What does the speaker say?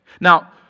Now